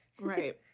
Right